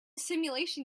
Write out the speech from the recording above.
simulation